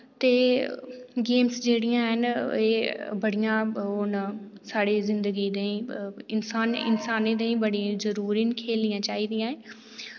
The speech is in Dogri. ते गेम्ज जेह्ड़ियां हैन ए बड़ियां ओह् न साढ़ी जिंदगी ताईं इंसानी इंसानें ताईं बड़ी जरुरी न खेलनियां चाहिदियां एह्